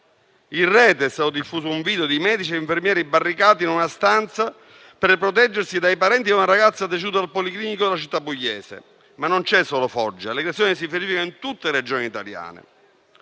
In rete è stato diffuso un video di medici e infermieri barricati in una stanza per proteggersi dai parenti di una ragazza deceduta al Policlinico della città pugliese. Non c'è però solo Foggia, poiché le aggressioni si verificano in tutte le Regioni italiane.